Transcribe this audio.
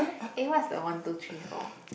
eh what's the one two three for